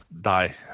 die